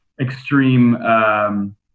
extreme